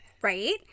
Right